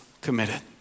committed